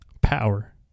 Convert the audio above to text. Power